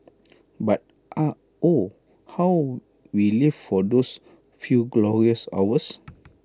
but oh how we lived for those few glorious hours